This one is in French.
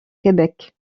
québec